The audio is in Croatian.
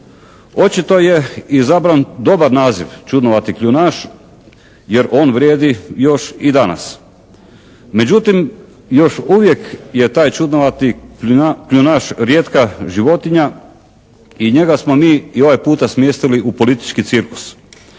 Očito je izabran dobar naziv čudnovati kljunaš jer on vrijedi još i danas, međutim još uvijek je taj čudnovati kljunaš rijetka životinja i njega smo mi i ovaj puta smjestili u politički cirkus